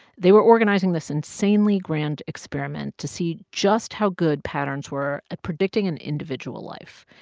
they were organizing this insanely grand experiment to see just how good patterns were at predicting an individual life.